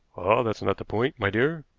ah! that's not the point, my dear,